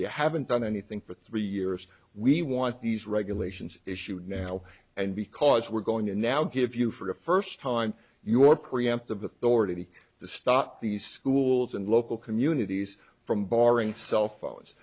you haven't done anything for three years we want these regulations issued now and because we're going in now give you for the first time your preemptive authority to stop these schools and local communities from barring cellphones